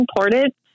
important